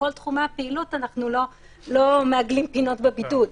ובכל תחומי הפעילות אנחנו לא מעגלים פינות בבידוד.